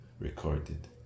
recorded